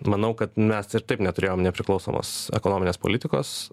manau kad mes ir taip neturėjom nepriklausomos ekonominės politikos